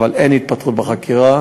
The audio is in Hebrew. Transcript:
אבל אין התפתחות בחקירה.